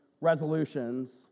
resolutions